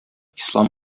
ислам